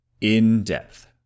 In-depth